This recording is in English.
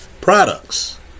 products